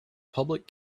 public